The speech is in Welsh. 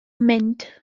mynd